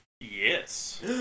Yes